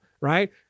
Right